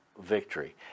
victory